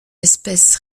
espèce